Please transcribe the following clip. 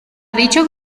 dicho